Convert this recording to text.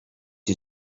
you